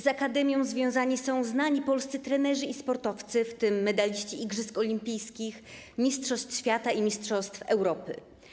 Z akademią związani są znani polscy trenerzy i sportowcy, w tym medaliści igrzysk olimpijskich, mistrzostw świata i mistrzostw Europy.